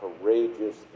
courageous